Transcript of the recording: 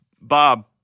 Bob